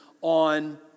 on